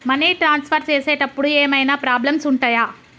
Money transfer చేసేటప్పుడు ఏమైనా problems ఉంటయా?